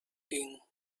king